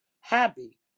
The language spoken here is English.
happy